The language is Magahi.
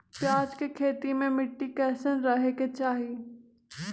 प्याज के खेती मे मिट्टी कैसन रहे के चाही?